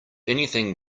anything